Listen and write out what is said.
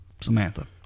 Samantha